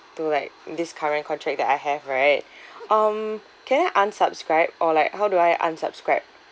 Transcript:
to like this current contract that I have right um can I unsubscribe or like how do I unsubscribe